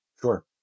Sure